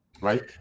Right